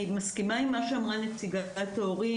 אני מסכימה עם מה שאמרה נציגת ההורים.